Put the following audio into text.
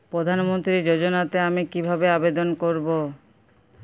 প্রধান মন্ত্রী যোজনাতে আমি কিভাবে আবেদন করবো?